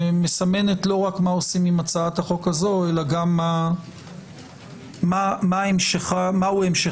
שמסמנת לא רק מה עושים עם הצעת החוק הזו אלא גם מה המשך הדרך.